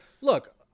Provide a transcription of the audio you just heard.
look